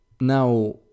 Now